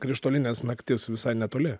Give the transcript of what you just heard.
krištolinės naktis visai netoli